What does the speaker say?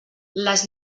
les